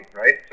right